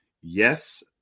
Yes